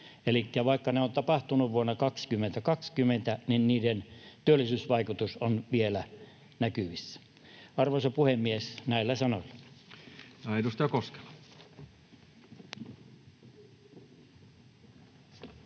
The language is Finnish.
vaikka ne ovat tapahtuneet vuonna 2020, niin niiden työllisyysvaikutus on vielä näkyvissä. Arvoisa puhemies! Näillä sanoilla.